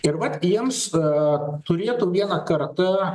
ir vat gimsta turėtų vieną kartą